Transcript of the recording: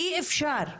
אי אפשר,